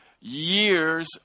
years